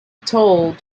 told